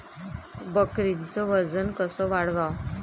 बकरीचं वजन कस वाढवाव?